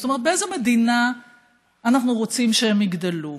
זאת אומרת, באיזו מדינה אנחנו רוצים שהם יגדלו?